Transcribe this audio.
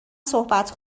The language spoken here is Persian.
صحبت